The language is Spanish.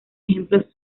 ejemplos